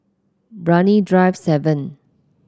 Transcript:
Brani Drive seven